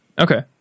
Okay